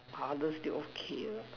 harder still okay